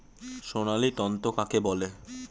সোনালী তন্তু কাকে বলে?